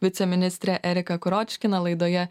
viceministrė erika kuročkina laidoje